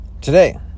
Today